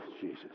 Jesus